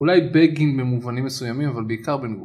אולי בגין במובנים מסוימים אבל בעיקר ב...